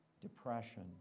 depression